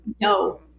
No